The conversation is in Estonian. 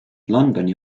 londoni